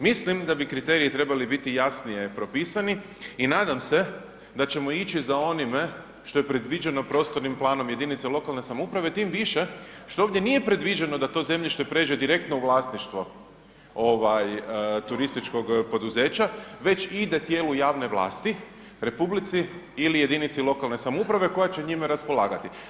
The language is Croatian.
Mislim da bi kriteriji trebali biti jasnije propisani i nadam se da ćemo ići za onime što je predviđeno prostornim planom jedinice lokalne samouprave tim više što ovdje nije predviđeno da to zemljište pređe direktno u vlasništvo turističkog poduzeća već ide tijelu javne vlasti, republici ili jedinici lokalne samouprave koja će njime raspolagati.